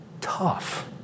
tough